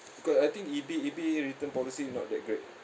because I think ebay ebay return policy not that great